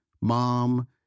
Mom